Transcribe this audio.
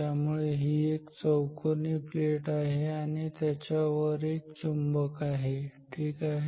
त्यामुळे ही एक चौकोनी प्लेट आहे आणि त्याच्या वरती एक चुंबक आहे ठीक आहे